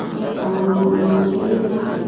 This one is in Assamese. সেইকাৰণে আমি নদী